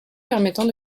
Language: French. permettant